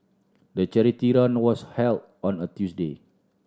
the charity run was held on a Tuesday